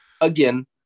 again